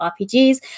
RPGs